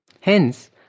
Hence